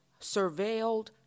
surveilled